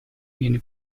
viene